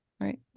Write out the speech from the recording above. Right